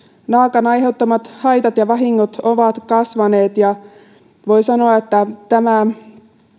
naakan aiheuttamat haitat ja vahingot ovat kasvaneet ja voi sanoa että tämä